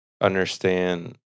understand